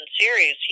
series